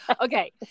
Okay